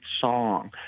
song